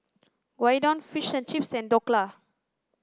Gyudon Fish and Chips and Dhokla